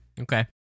Okay